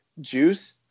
Juice